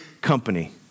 company